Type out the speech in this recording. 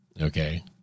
okay